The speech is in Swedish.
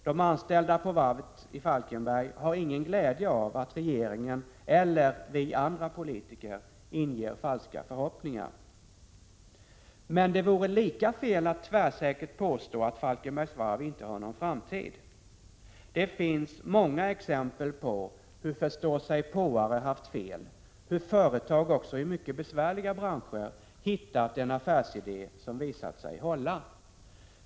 De anställda på varvet i Falkenberg har ingen glädje av att regeringen eller vi andra politiker inger falska förhoppningar. Men det vore lika fel att tvärsäkert påstå att Falkenbergs Varv inte har någon framtid. Det finns många exempel på hur förståsigpåare haft fel, hur företag också i mycket besvärliga branscher hittat en affärsidé som visat sig hålla.